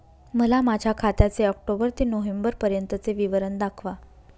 मला माझ्या खात्याचे ऑक्टोबर ते नोव्हेंबर पर्यंतचे विवरण दाखवा